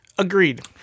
Agreed